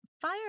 fire